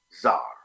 czar